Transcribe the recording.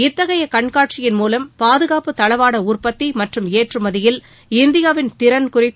இத்தகைய கண்காட்சியின் மூவம் பாதுகாப்பு தளவாட உற்பத்தி மற்றும் ஏற்றுமதியில் இந்தியாவின் திறன் குறித்து